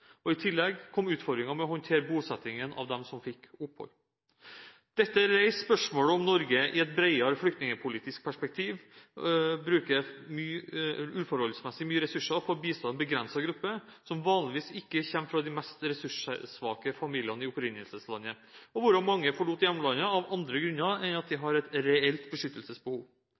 asylsøkere. I tillegg kom utfordringen med å håndtere bosettingen av dem som fikk opphold. Dette reiser spørsmål om Norge i et bredere flyktningpolitisk perspektiv bruker uforholdsmessig mye ressurser på å bistå en begrenset gruppe som vanligvis ikke kommer fra de mest ressurssvake familiene i opprinnelseslandet, og hvorav mange forlot hjemlandet av andre grunner enn at de har et reelt beskyttelsesbehov.